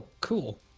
Cool